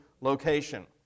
location